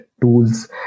tools